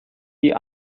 die